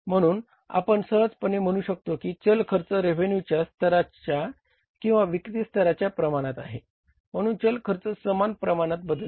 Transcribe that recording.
म्हणून आपण सहजपणे म्हणू शकतो की चल खर्च रेव्हेन्यूच्या स्तराच्या किंवा विक्री स्तराच्या प्रमाणात आहे म्हणून चल खर्च समान प्रमाणात बदलते